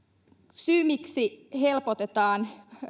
syy miksi helpotetaan